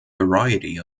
variety